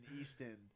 Easton